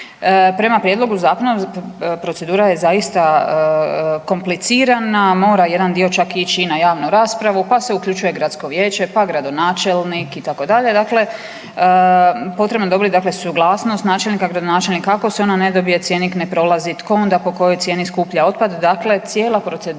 Prema Prijedlogu zakona procedura je zaista komplicirana, mora jedan dio čak ići i na javnu raspravu, pa se uključuje gradsko vijeće, pa gradonačelnik itd. Dakle, potrebno je dobiti suglasnost načelnika, gradonačelnika. Ako se ona ne dobije cjenik ne prolazi. Tko onda po kojoj cijeni skuplja otpad? Dakle, cijela procedura